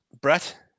Brett